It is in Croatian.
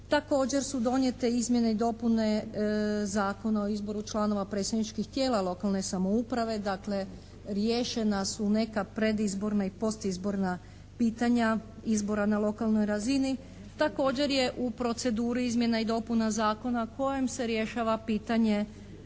Također su donijete izmjene i dopune Zakona o izboru članova predsjedničkih tijela lokalne samouprave. Dakle riješena su neka predizborna i postizborna pitanja izbora na lokalnoj razini. Također je u proceduri izmjena i dopuna zakona kojim se riješava pitanje